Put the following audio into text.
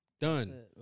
Done